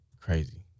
crazy